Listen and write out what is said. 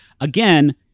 again